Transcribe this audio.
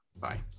Bye